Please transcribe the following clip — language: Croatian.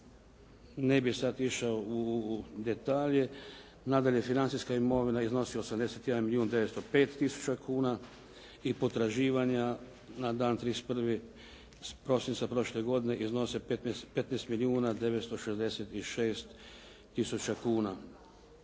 ne bih sada išao u detalje. Nadalje, financijska imovina iznosi 81 milijun 905 tisuća kuna i potraživanja na dan 31. prosinca prošle godine iznose 15 milijuna 966 tisuća kuna.